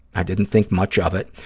i didn't think much of it.